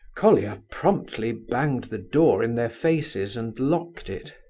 colia promptly banged the door in their faces and locked it.